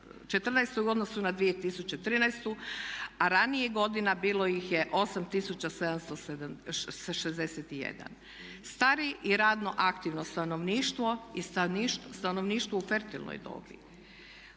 2014. u odnosu na 2013., a ranijih godina bilo ih je 8761. starije i radno aktivno stanovništvo i stanovništvo u fertilnoj dobi.